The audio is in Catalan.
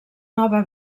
nova